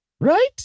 right